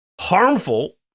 harmful